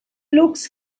looks